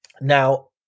Now